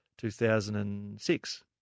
2006